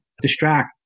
distract